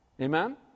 Amen